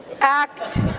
Act